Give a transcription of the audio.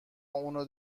اونو